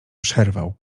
przerwał